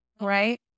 right